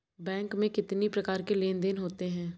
Bank में कितनी प्रकार के लेन देन देन होते हैं?